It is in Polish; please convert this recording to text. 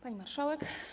Pani Marszałek!